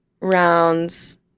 rounds